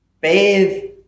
bathe